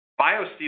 BioSteel